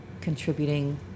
contributing